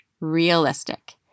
realistic